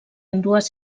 ambdues